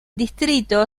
distrito